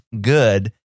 good